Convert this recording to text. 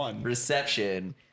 reception